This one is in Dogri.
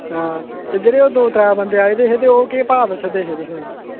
हां ते जेह्ड़े ओह् दो त्रै बंदे आए दे हे ते ओह् केह् भाऽ दस्सा दे हे तुसें